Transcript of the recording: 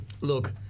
Look